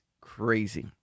crazy